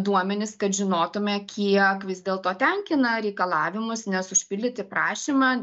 duomenis kad žinotume kiek vis dėlto tenkina reikalavimus nes užpildyti prašymą